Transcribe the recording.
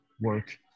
work